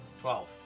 Twelve